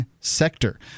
sector